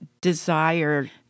desire